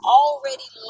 already